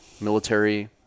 military